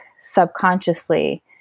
subconsciously